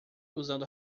usando